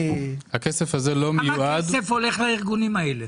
הכסף הזה לא מיועד --- כמה כסף הולך לארגונים האלה?